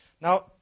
Now